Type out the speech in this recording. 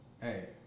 hey